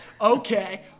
okay